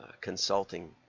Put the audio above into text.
consulting